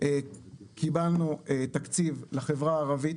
עדיין קיבלנו תקציב לחברה הערבית